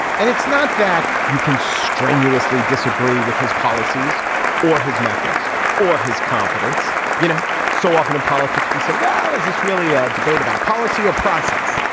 and it's not that you can strenuously disagree with his policies or his methods or his competence you know so often in politics we say well is this really a debate about policy or process.